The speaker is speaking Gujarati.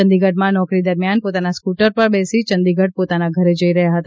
ચંદીગઢમાં નોકરી દરમિયાન પોતાના સ્ક્રટર પર બેસી ચંદીગઢ પોતાના ઘરે જઈ રહ્યા હતા